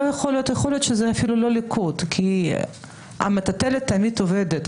יכול להיות שזה אפילו לא ליכוד כי המטוטלת תמיד עובדת.